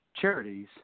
charities